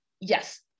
Yes